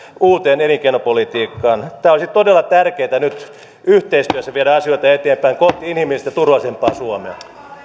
uuteen elinkeinopolitiikkaan olisi todella tärkeätä nyt yhteistyössä viedä asioita eteenpäin kohti inhimillistä ja turvallisempaa suomea